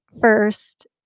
first